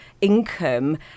income